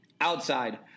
outside